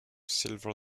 silver